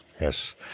Yes